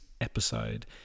episode